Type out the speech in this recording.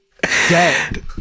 dead